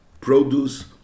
produce